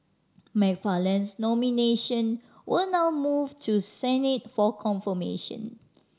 McFarland's nomination will now move to Senate for confirmation